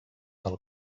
del